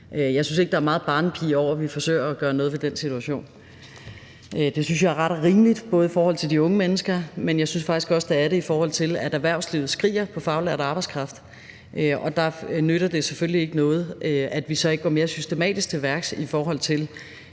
Jeg synes ikke, der er meget barnepige over, at vi forsøger at gøre noget ved den situation. Det synes jeg er ret og rimeligt, både i forhold til de unge mennesker, men faktisk også i forhold til at erhvervslivet skriger på faglært arbejdskraft. Der nytter det selvfølgelig ikke noget, at vi så ikke går mere systematisk til værks i forhold til